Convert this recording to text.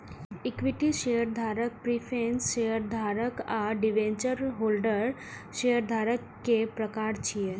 equity शेयरधारक, preference शेयरधारक आ डिवेंचर होल्डर शेयरधारक के प्रकार छियै